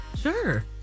Sure